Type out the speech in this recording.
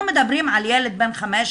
אנחנו מדברים על ילד בן 15,